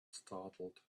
startled